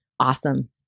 Awesome